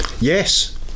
Yes